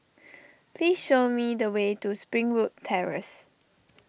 please show me the way to Springwood Terrace